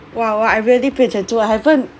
!wow! !wah! I really 变成猪 I haven't